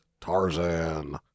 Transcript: Tarzan